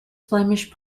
flemish